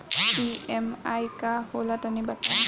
EMI का होला तनि बताई?